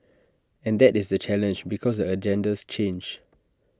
and that is the challenge because the agendas change